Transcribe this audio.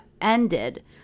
ended